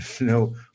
No